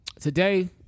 Today